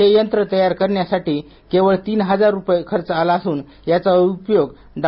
हे यंत्र तयार करण्यासाठी केवळ तीन हजार रुपये खर्च आला असून याचा उपयोग डॉ